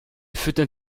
füttern